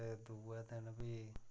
ते दुए दिन फ्ही